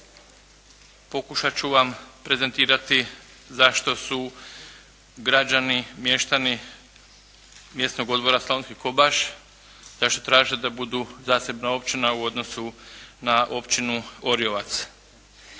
pokušat ću vam prezentirati zašto su građani, mještani Mjesnog odbora Slavonski Kobaš zašto traže da budu zasebna općina u odnosu na Općinu Orijovac.